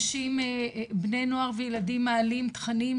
בני נוער וילדים מעלים תכנים,